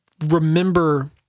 remember